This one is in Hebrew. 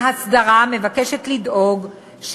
ההסדרה מבקשת לדאוג: